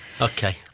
okay